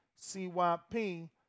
CYP